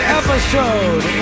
episode